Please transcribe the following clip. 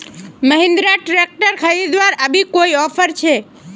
Mahindra tractor खरीदवार अभी कोई ऑफर छे?